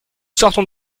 sortons